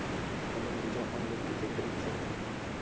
हमन बीजा ऑनलाइन कइसे खरीद सकथन?